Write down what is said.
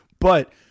But-